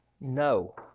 No